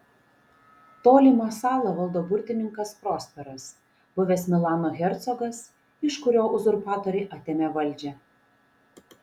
tolimą salą valdo burtininkas prosperas buvęs milano hercogas iš kurio uzurpatoriai atėmė valdžią